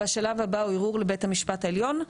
והשלב הבא הוא ערעור לבית המשפט העליון.